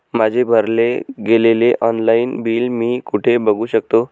माझे भरले गेलेले ऑनलाईन बिल मी कुठे बघू शकतो?